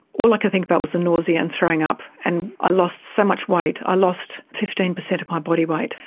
all i could think about was the nausea and throwing up. and i lost so much weight, i lost fifteen percent of my body weight.